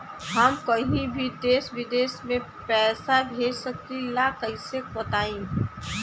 हम कहीं भी देश विदेश में पैसा भेज सकीला कईसे बताई?